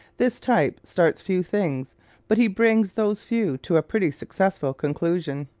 this type starts few things but he brings those few to a pretty successful conclusion.